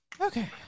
Okay